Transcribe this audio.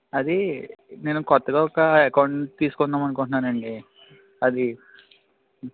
అది నేను కొత్తగా ఒక్క అకౌంట్ని తీసుకుందాం అనుకుంటున్నాను అండి అది